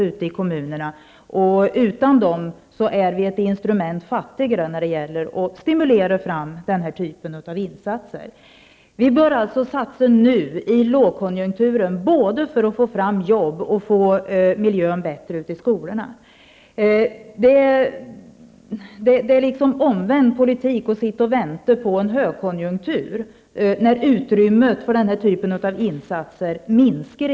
Utan dessa pengar är vi ett instrument fattigare när det gäller att stimulera sådana här insatser. Vi bör alltså satsa nu under lågkonjunkturen, både för att få fram jobb och för att få en bättre miljö ute i skolorna. Det är omvänd politik att i stället för att utnyttja lågkonjunkturen invänta en högkonjunktur, då utrymmet för den här typen av insatser minskar.